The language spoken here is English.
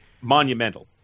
monumental